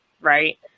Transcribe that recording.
right